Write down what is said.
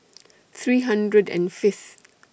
three hundred and Fifth